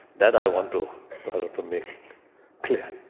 that i want to make clear.